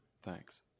thanks